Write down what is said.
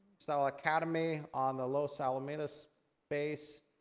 so ah academy, on the los alamitas base.